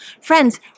Friends